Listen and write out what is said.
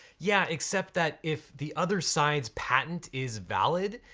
yeah, except that if the other side's patent is valid,